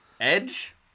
Edge